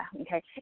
okay